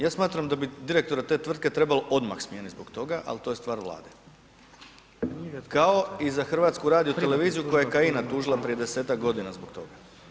Ja smatram da bi direktora te tvrtke trebalo odmah smijeniti zbog toga, ali to je stvar Vlade kao i za HRT-u koja je Kajina tužila prije desetak godina zbog toga.